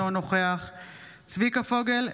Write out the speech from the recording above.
אינו נוכח צביקה פוגל,